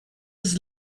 his